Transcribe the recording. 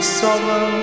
sorrow